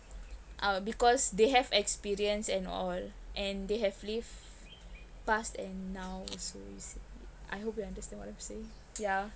oh because they have experience and all and they have live past and now also you see I hope you understand what I'm saying yeah